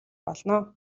болно